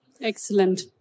Excellent